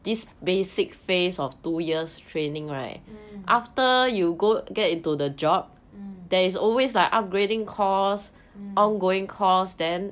mm mm mm